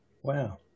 Wow